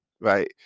right